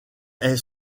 est